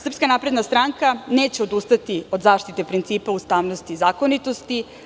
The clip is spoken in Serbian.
Srpska napredna stranka neće odustati od zaštite principa ustavnosti i zakonitosti.